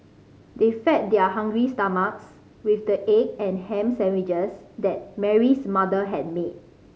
they fed their hungry stomachs with the egg and ham sandwiches that Mary's mother had made